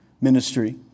ministry